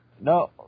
No